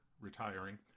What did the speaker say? retiring